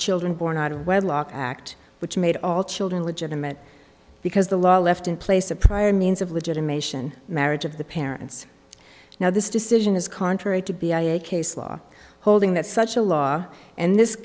children born out of wedlock act which made all children legitimate because the law left in place a prior means of legitimation marriage of the parents now this decision is contrary to be a case law holding that such a law and this